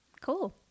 Cool